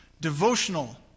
devotional